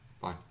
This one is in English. Bye